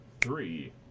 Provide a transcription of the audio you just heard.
three